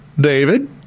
David